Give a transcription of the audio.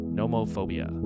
nomophobia